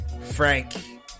Frank